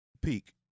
peak